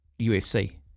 UFC